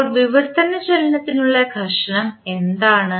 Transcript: അപ്പോൾ വിവർത്തന ചലനത്തിനുള്ള ഘർഷണം എന്താണ്